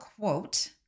quote